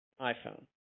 iPhone